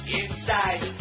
inside